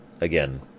Again